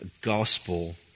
gospel